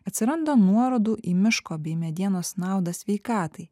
atsiranda nuorodų į miško bei medienos naudą sveikatai